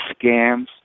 scams